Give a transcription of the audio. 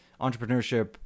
entrepreneurship